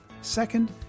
Second